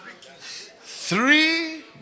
Three